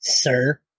Sir